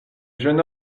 jeune